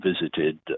visited